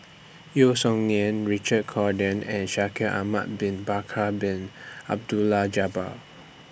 Yeo Song Nian Richard Corridon and Shaikh Ahmad Bin Bakar Bin Abdullah Jabbar